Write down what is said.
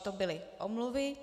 To byly omluvy.